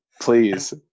please